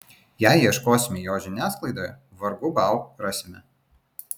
jei ieškosime jo žiniasklaidoje vargu bau rasime